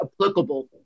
applicable